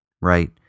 right